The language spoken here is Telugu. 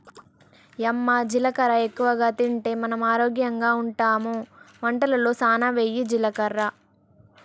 యమ్మ జీలకర్ర ఎక్కువగా తింటే మనం ఆరోగ్యంగా ఉంటామె వంటలలో సానా వెయ్యి జీలకర్ర